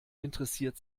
interessiert